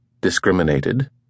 discriminated